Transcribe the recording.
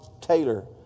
Taylor